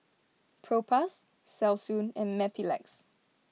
Propass Selsun and Mepilex